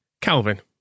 Calvin